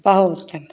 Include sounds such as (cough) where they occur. बहुत (unintelligible)